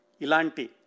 Ilanti